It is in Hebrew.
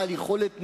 בעל יכולת ניהול.